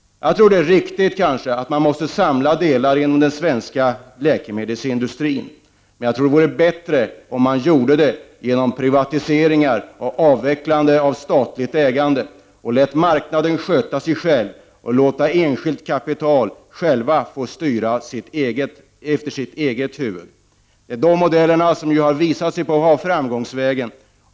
Jag tror att det kan vara riktigt att man samlar delar av läkemedelsindustrin, men jag tror att det vore bättre om det skedde genom privatisering och avveckling av statligt ägande och om man i stället lät marknaden sköta sig själv och det enskilda kapitalet 33 styra efter sitt eget huvud. Det är dessa modeller som visat sig vara den bästa framgångsvägen.